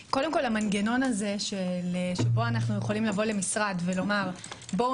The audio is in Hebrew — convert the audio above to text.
המנגנון הזה שבו אנחנו יכולים לבוא למשרד ולומר: בואו